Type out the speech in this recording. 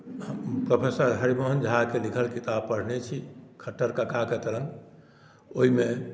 हम प्रोफेसर हरिमोहनझाके लिखल किताब पढ़ने छी खट्टर् काकाक तरङ्ग ओहिमे